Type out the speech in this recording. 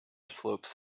slopes